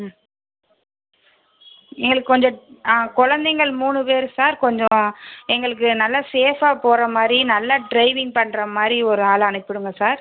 ம் எங்களுக்கு கொஞ்சம் ஆ குழந்தைங்கள் மூணு பேர் சார் கொஞ்சம் எங்களுக்கு நல்லா சேஃபாக போகிற மாதிரி நல்லா ட்ரைவிங் பண்ணுற மாதிரி ஒரு ஆளாக அனுப்பிவிடுங்க சார்